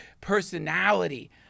personality